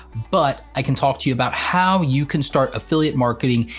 but i can talk to you about how you can start affiliate marketing,